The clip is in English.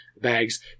bags